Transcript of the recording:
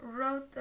wrote